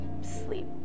sleep